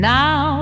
now